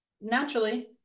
naturally